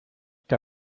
que